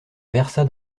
versa